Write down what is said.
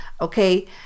okay